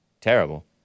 Terrible